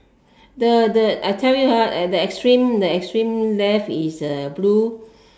the the I tell you ah at the extreme the extreme left is the blue